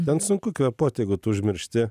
ten sunku kvėpuot jeigu tu užmiršti